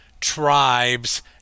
tribes